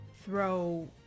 throw